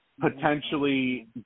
potentially